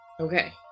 Okay